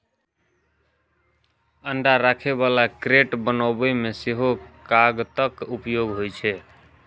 अंडा राखै बला क्रेट बनबै मे सेहो कागतक उपयोग होइ छै